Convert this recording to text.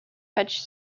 fetch